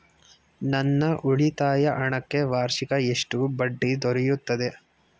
ನನ್ನ ಉಳಿತಾಯ ಹಣಕ್ಕೆ ವಾರ್ಷಿಕ ಎಷ್ಟು ಬಡ್ಡಿ ದೊರೆಯುತ್ತದೆ?